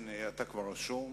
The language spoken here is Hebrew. כן, אתה כבר רשום.